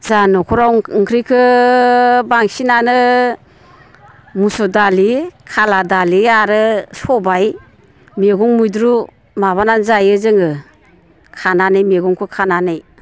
जोंहा न'खराव ओंख्रिखौ बांसिनानो मुसुर दालि खाला दालि आरो सबाइ मैगं मैद्रु माबानानै जायो जोङो खानानै मैगंखौ खानानै